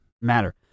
matter